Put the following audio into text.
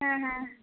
ᱦᱮᱸ ᱦᱮᱸ